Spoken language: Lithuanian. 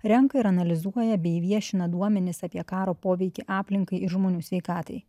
renka ir analizuoja bei viešina duomenis apie karo poveikį aplinkai ir žmonių sveikatai